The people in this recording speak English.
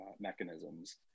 mechanisms